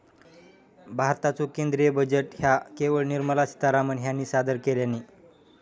भारताचो केंद्रीय बजेट ह्या वेळेक निर्मला सीतारामण ह्यानी सादर केल्यानी